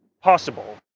possible